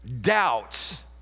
doubts